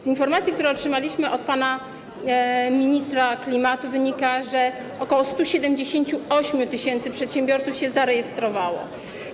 Z informacji, które otrzymaliśmy od pana ministra klimatu, wynika, że ok. 178 tys. przedsiębiorców się zarejestrowało.